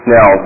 Now